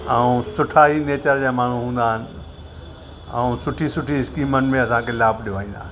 ऐं सुठा ई नेचर जा माण्हूं हूंदा आहिनि ऐं सुठी सुठी स्कीमनि में असांखे लाभु ॾेयारींदा आहिनि